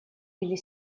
или